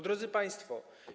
Drodzy Państwo!